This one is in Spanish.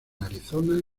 arizona